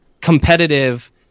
competitive